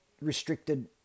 restricted